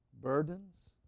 Burdens